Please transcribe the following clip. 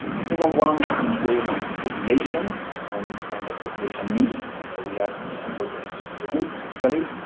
the second one is based on population and and the population needs. so we have people connected to the grid, typically,